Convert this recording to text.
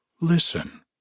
listen